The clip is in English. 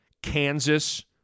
Kansas